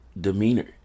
demeanor